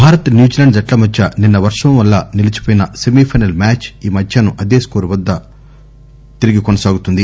Bharat New Zealand జట్ల మధ్య నిన్న వర్షం వల్ల నిలిచిపోయిన సెమీఫైనల్ మ్యాచ్ ఈ మధ్యాహ్నం అదే స్కోర్ వద్ద తిరిగి కొనసాగుతుంది